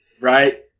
Right